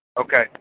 okay